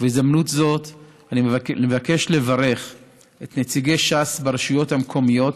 בהזדמנות זו אני מבקש לברך את נציגי ש"ס ברשויות המקומיות